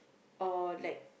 or like